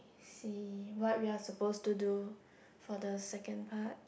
see what we are supposed to do for the second part